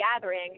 gathering